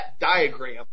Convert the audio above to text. diagram